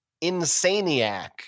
Insaniac